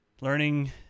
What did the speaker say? learning